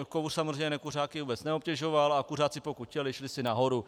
Kouř samozřejmě nekuřáky vůbec neobtěžoval a kuřáci, pokud chtěli, šli si nahoru.